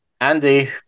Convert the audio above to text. Andy